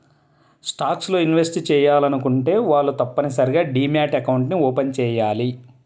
stocks లో invest చెయ్యాలనుకునే వాళ్ళు తప్పనిసరిగా డీమ్యాట్ అకౌంట్ని ఓపెన్ చెయ్యాలి